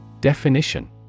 Definition